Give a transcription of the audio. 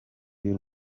y’u